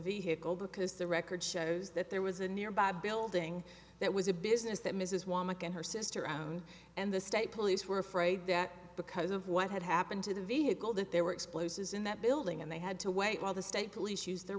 vehicle because the record shows that there was a nearby building that was a business that mrs womac and her sister own and the state police were afraid that because of what had happened to the vehicle that there were explosives in that building and they had to wait while the state police used the